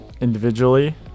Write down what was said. individually